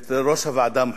ואת ראש הוועדה המחוזית.